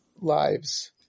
lives